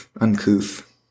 uncouth